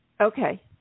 Okay